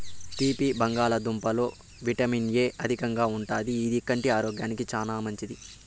తీపి బంగాళదుంపలలో vitamin A అధికంగా ఉంటాది, ఇది కంటి ఆరోగ్యానికి చానా మంచిది